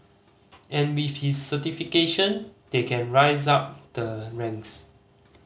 and with his certification they can rise up the ranks